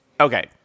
okay